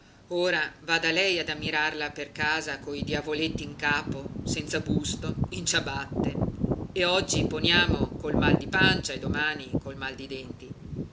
ora vada lei ad ammirarla per la casa coi diavoletti in capo senza busto in ciabatte e oggi poniamo col mal di pancia e domani col mal di denti